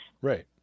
Right